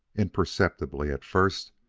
imperceptibly at first,